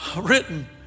Written